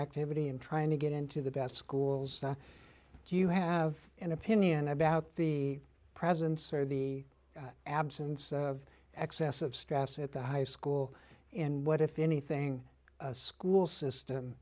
activity and trying to get into the best schools do you have an opinion about the presence or the absence of excess of stress at the high school in what if anything school system